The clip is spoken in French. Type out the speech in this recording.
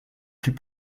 plus